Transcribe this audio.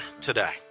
today